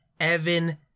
evan